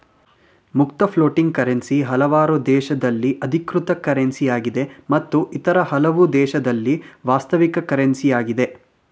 ಮುಕ್ತ floating currency ಹಲವಾರು ದೇಶದಲ್ಲಿ ಅಧಿಕೃತ ಕರೆನ್ಸಿಯಾಗಿದೆ ಮತ್ತು ಇತರ ಹಲವು ದೇಶದಲ್ಲಿ ವಾಸ್ತವಿಕ ಕರೆನ್ಸಿ ಯಾಗಿದೆ